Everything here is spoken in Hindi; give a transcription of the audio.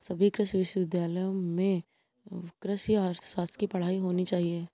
सभी कृषि विश्वविद्यालय में कृषि अर्थशास्त्र की पढ़ाई होनी चाहिए